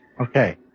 Okay